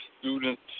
students